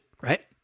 right